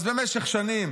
אז במשך שנים